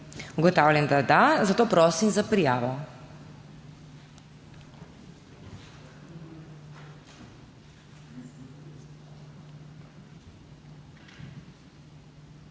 Ugotavljam, da da, zato prosim za prijavo.